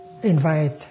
Invite